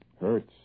Hurts